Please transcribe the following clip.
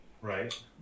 Right